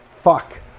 Fuck